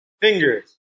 fingers